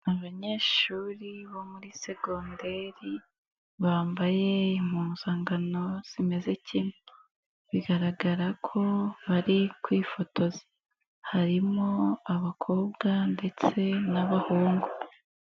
Abanyeshuri bo muri segonderi bambaye impuzankano zimeze kimwe. Bigaragara ko bari kwifotoza, harimo abakobwa ndetse n'abahungu.